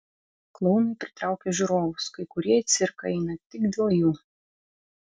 klounai pritraukia žiūrovus kai kurie į cirką eina tik dėl jų